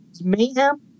mayhem